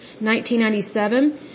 1997